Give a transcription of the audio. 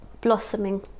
Blossoming